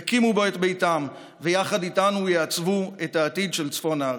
יקימו בו את ביתם ויחד איתנו יעצבו את העתיד של צפון הארץ.